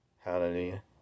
Hallelujah